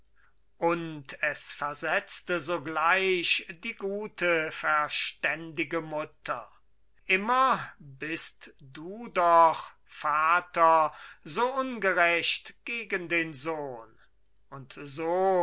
und es versetzte sogleich die gute verständige mutter immer bist du doch vater so ungerecht gegen den sohn und so